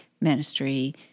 ministry